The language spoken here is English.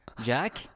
Jack